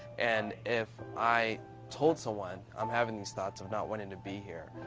and if i told someone i'm having these thoughts of not wanting to be here,